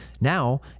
Now